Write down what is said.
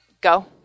Go